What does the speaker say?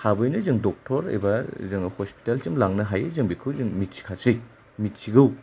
थाबैनो जों डक्टर एबा जोङो हस्पिटाल सिम लांनो हायो जों बेखौ जों मिथिखासै मिथिगौ